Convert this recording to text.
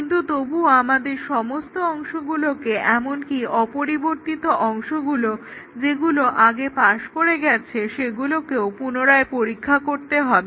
কিন্তু তবুও আমাদের সমস্ত অংশগুলোকে এমনকি অপরিবর্তিত অংশগুলো যেগুলো আগে পাশ করে গেছে সেগুলোকেও পুনরায় পরীক্ষা করতে হবে